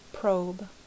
Probe